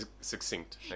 succinct